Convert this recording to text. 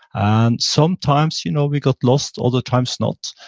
and sometimes you know we got lost, other times not.